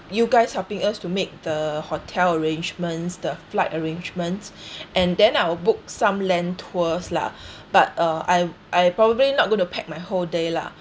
you guys helping us to make the hotel arrangements the flight arrangements and then I'll book some land tours lah but uh I I probably not going to pack my whole day lah